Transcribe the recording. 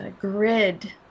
grid